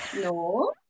no